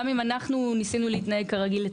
גם אם אנחנו ניסינו אצלנו להתנהג כרגיל.